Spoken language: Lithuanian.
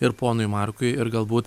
ir ponui markui ir galbūt